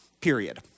Period